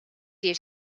lleis